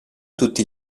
tutti